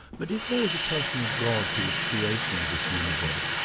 but if there is a personal god who is creating this universe,